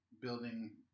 building